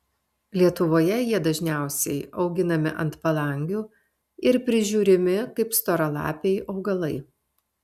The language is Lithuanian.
lietuvoje jie dažniausiai auginami ant palangių ir prižiūrimi kaip storalapiai augalai